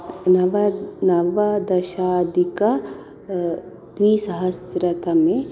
नवनवदशाधिक द्विसहस्रतमे